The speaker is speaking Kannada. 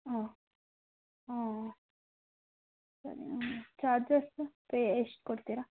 ಹ್ಞೂ ಹ್ಞೂ ಚಾರ್ಜಸ್ ಪೆ ಎಷ್ಟು ಕೊಡ್ತೀರಾ